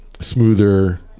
Smoother